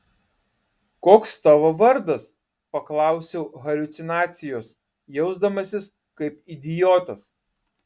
koks tavo vardas paklausiau haliucinacijos jausdamasis kaip idiotas